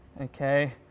okay